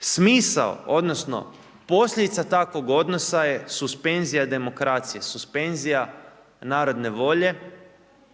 Smisao, odnosno posljedica takvog odnosa je suspenzija demokracije, suspenzija narodne volje